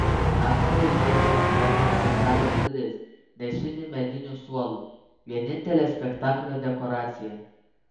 aktoriai įeina į sceną pro salės duris nešini mediniu suolu vienintele spektaklio dekoracija